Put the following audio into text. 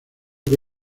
que